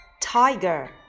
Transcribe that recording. tiger